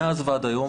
מאז ועד היום